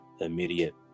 immediate